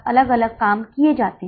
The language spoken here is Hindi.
अब हम भाग b पर चलते हैं